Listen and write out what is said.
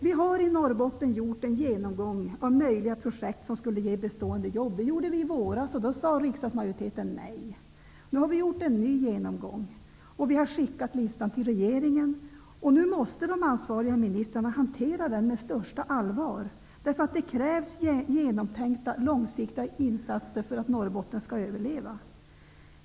Vi har i Norrbotten gjort en genomgång av möjliga projekt som skulle ge bestående jobb. Det gjorde vi i våras, och då sade riksdagsmajoriteten nej. Vi har nu gjort en ny genomgång, och vi har skickat listan till regeringen. Nu måste de ansvariga ministrarna hantera den med största allvar. Det krävs genomtänkta långsiktiga insatser för att Norrbotten skall överleva.